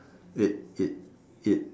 it it it